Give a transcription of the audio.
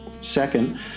Second